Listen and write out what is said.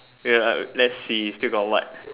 wait ah let's see still got what